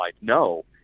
No